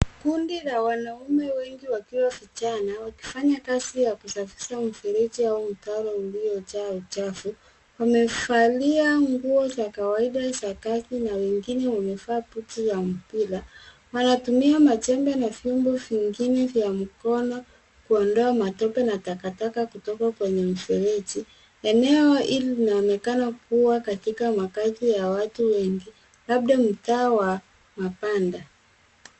Kundi la wanaume wengi wakiwa vijana, wakifanya kazi ya kusafisha mfereji au mtaro uliojaa uchafu. Wamevalia nguo za kawaida za kazi na wengine wamevaa boots za mpira. Wanatumia majembe na vyombo vingine vya mkono, kuondoa matope na takataka kutoka kwenye mfereji. Eneo hili linaonekana kuwa katika makazi ya watu wengi, labda mtaa wa mabanda.